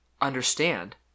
understand